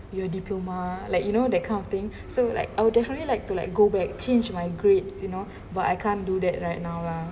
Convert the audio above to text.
your diploma like you know that kind of thing so like I would definitely like to like go back change my grades you know but I can't do that right now lah